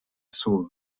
sauve